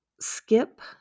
skip